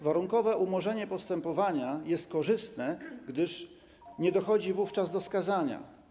Warunkowe umorzenie postępowania jest korzystne, gdyż nie dochodzi wówczas do skazania.